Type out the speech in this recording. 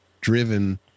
driven